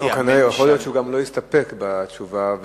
יכול להיות שהוא לא הסתפק בתשובה.